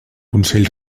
consell